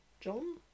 John